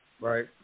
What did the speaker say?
Right